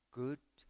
good